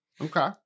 Okay